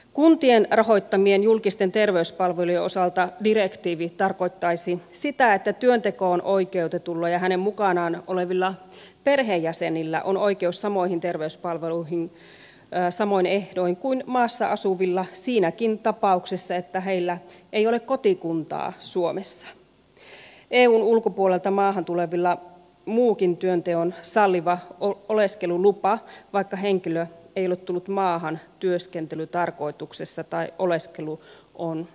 kuntien rahoittamien julkisten terveyspalvelujen osalta direktiivi tarkoittaisi sitä että työntekoon oikeutetulla ja hänen mukanaan olevilla perheenjäsenillä on oikeus samoihin terveyspalveluihin samoin ehdoin kuin maassa asuvilla siinäkin tapauksessa että heillä ei ole kotikuntaa suomessa eun ulkopuolelta maahan tulevilla muukin työnteon salliva oleskelulupa vaikka henkilö ei ole tullut maahan työskentelytarkoituksessa tai oleskelu on lyhytaikaista